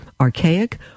archaic